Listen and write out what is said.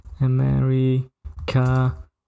America